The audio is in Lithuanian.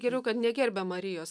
geriau kad negerbia marijos